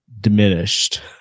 diminished